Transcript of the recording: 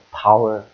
power